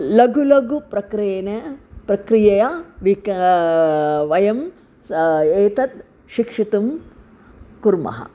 लघु लघु प्रक्रियेण प्रक्रियया विक् वयम् एतत् शिक्षितुं कुर्मः